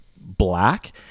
black